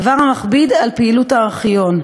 דבר המכביד על פעילות הארכיון.